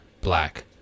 black